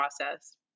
process